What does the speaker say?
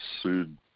sued